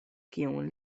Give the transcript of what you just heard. kiun